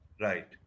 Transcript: Right